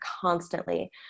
constantly